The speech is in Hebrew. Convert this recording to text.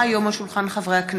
כי הונחה היום על שולחן הכנסת,